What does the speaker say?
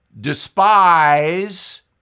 despise